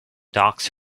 docks